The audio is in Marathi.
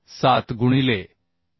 7 गुणिले 297